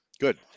good